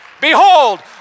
Behold